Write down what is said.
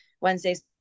Wednesday's